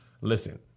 Listen